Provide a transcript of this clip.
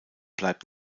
bleibt